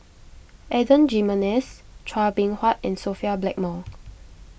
Adan Jimenez Chua Beng Huat and Sophia Blackmore